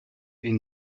ihn